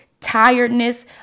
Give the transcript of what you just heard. tiredness